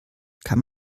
kann